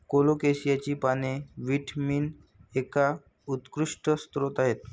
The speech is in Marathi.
कोलोकेसियाची पाने व्हिटॅमिन एचा उत्कृष्ट स्रोत आहेत